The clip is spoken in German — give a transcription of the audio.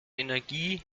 energie